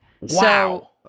Wow